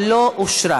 נתקבלה.